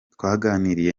twaganiriye